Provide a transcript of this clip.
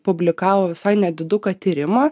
publikavo visai nediduką tyrimą